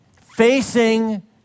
facing